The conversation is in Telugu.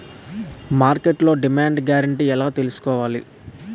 మార్కెట్లో డిమాండ్ గ్యారంటీ ఎలా తెల్సుకోవాలి?